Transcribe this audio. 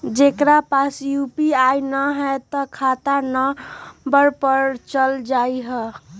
जेकरा पास यू.पी.आई न है त खाता नं पर चल जाह ई?